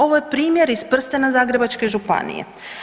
Ovo je primjer iz prstena Zagrebačke županije.